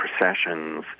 processions